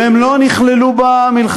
והן לא נכללו בה מלכתחילה,